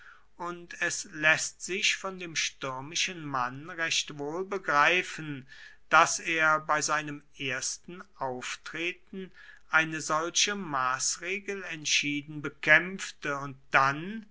und es läßt sich von dem stürmischen mann recht wohl begreifen daß er bei seinem ersten auftreten eine solche maßregel entschieden bekämpfte und dann